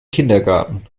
kindergarten